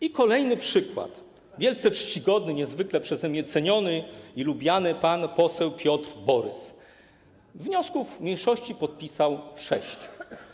I, kolejny przykład, wielce czcigodny, niezwykle przeze mnie ceniony i lubiany pan poseł Piotr Borys wniosków mniejszości podpisał sześć.